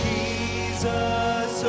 Jesus